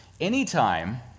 Anytime